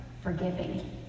forgiving